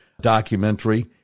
documentary